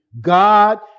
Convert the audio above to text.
God